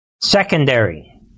secondary